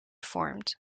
formed